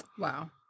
Wow